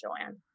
Joanne